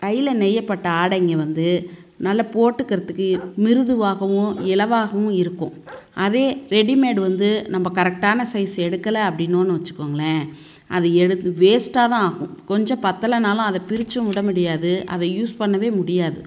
கையில் நெய்யப்பட்ட ஆடைங்க வந்து நல்ல போட்டுக்கிறத்துக்கு மிருதுவாகவும் இலவாகவும் இருக்கும் அதே ரெடிமேட் வந்து நம்ம கரெக்டான சைஸ் எடுக்கல அப்படினோன்னு வச்சுக்கோங்களேன் அது எடுத் வேஸ்ட்டாக தான் ஆகும் கொஞ்சம் பத்தலனாலும் அதை பிரிச்சும் விட முடியாது அதை யூஸ் பண்ணவே முடியாது